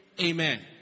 Amen